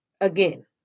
again